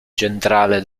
centrale